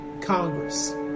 Congress